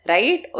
Right